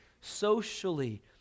socially